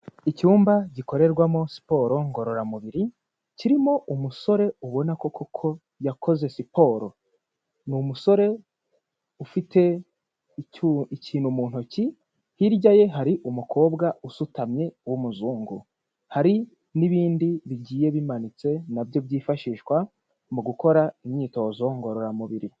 Icyumba gikorerwamo siporo ngororamubiri, kirimo umusore ubona ko koko yakoze siporo, ni umusore ufite ikintu mu ntoki, hirya ye hari umukobwa usutamye w'umuzungu, hari n'ibindi bigiye bimanitse nabyo byifashishwa mu gukora imyitozo ngororamubiri.